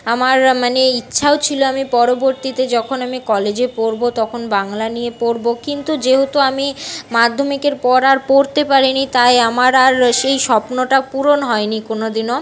আমার মানে ইচ্ছাও ছিল আমি পরবর্তীতে যখন আমি কলেজে পড়ব তখন বাংলা নিয়ে পড়ব কিন্তু যেহেতু আমি মাধ্যমিকের পর আর পড়তে পারিনি তাই আমার আর সেই স্বপ্নটা পূরণ হয়নি কোনো দিনও